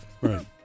Right